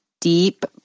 Deep